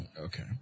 Okay